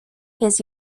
his